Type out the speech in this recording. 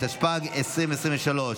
התשפ"ג 2023,